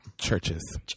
Churches